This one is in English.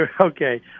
Okay